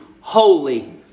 holy